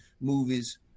movies